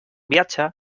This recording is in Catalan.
viatge